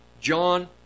John